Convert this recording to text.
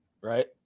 Right